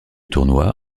tournoi